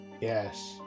Yes